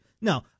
No